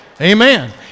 Amen